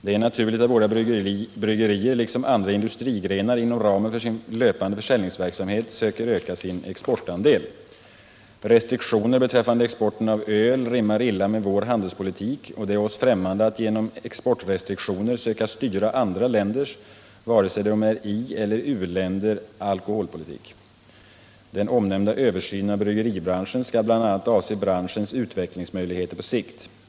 Det är naturligt att våra bryggerier liksom andra industrigrenar inom ramen för sin löpande försäljningsverksamhet söker öka sin exportandel. Restriktioner beträffande exporten av öl rimmar illa med vår handelspolitik, och det är oss främmande att genom exportrestriktioner söka styra andra länders alkoholpolitik — vare sig de är ieller u-länder. Den omnämnda översynen av bryggeribranschen skall bl.a. avse branschens utvecklingsmöjligheter på sikt.